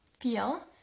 feel